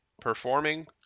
performing